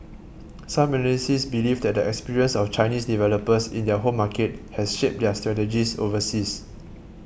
some analysts believe that the experience of Chinese developers in their home market has shaped their strategies overseas